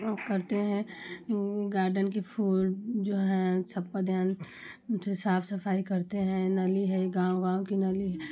करते हैं गार्डन के फूल जो हैं सब का ध्यान जे साफ सफाई करते हैं नली है गाँव गाँव की नली है